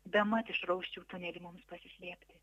bemat išrausčiau tunelį mums pasislėpti